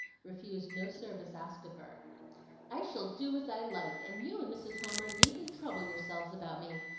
refused no service asked of her i shall do as i like, and you and mrs. homer needn't trouble yourselves about me.